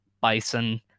Bison